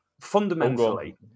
Fundamentally